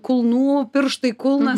kulnų pirštai kulnas